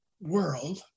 world